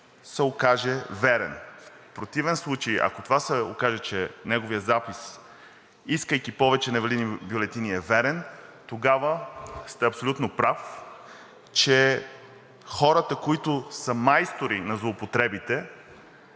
се окаже верен. В противен случай, ако това се окаже, че неговият запис, искайки повече невалидни бюлетини, е верен, тогава сте абсолютно прав, че хората, които са майстори на злоупотребите